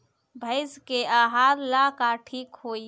भइस के आहार ला का ठिक होई?